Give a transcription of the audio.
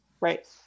right